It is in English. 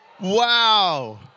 Wow